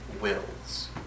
Wills